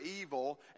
evil